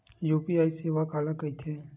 UPI सेवा काला कइथे?